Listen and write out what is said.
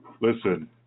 Listen